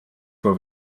vor